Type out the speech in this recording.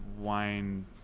wine